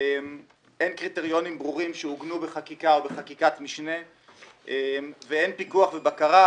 אין קריטריונים ברורים שעוגנו בחקיקה או בחקיקת משנה ואין פיקוח ובקרה,